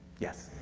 yes?